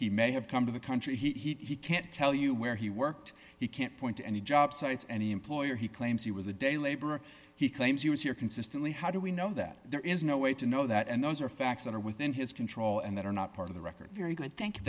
he may have come to the country he can't tell you where he worked he can't point to any job sites any employer he claims he was a day laborer he claims he was here consistently how do we know that there is no way to know that and those are facts that are within his control and that are not part of the record very good thank you